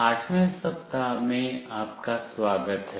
8 वें सप्ताह में आपका स्वागत है